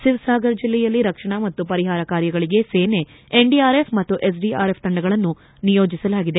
ಸಿವಸಾಗರ್ ಜಿಲ್ಲೆಯಲ್ಲಿ ರಕ್ಷಣಾ ಮತ್ತು ಪರಿಹಾರ ಕಾರ್ಯಗಳಿಗೆ ಸೇನೆ ಎನ್ಡಿಆರ್ಎಫ್ ಮತ್ತು ಎಸ್ಡಿಆರ್ಎಫ್ ತಂಡಗಳನ್ನು ನಿಯೋಜಿಸಲಾಗಿದೆ